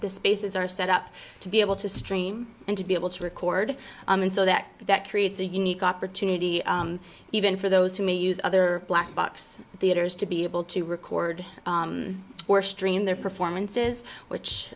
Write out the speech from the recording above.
the spaces are set up to be able to stream and to be able to record and so that that creates a unique opportunity even for those who may use other black box theaters to be able to record or stream their performances which